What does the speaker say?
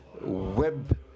web